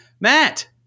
Matt